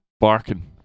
barking